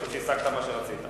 אז השגת מה שרצית.